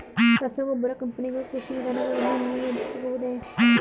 ರಸಗೊಬ್ಬರ ಕಂಪನಿಗಳು ಕೃಷಿ ವಿಧಾನಗಳನ್ನು ನಿಯಂತ್ರಿಸಬಹುದೇ?